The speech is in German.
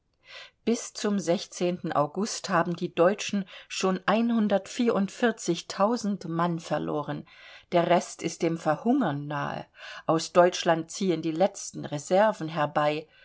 bis zum august haben die deutschen schon mann verloren der rest ist dem verhungern nahe aus deutschland ziehen die letzten reserven herbei